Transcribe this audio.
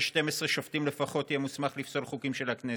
12 שופטים לפחות יהיה מוסמך לפסול חוקים של הכנסת.